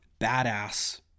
badass